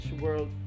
world